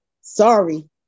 sorry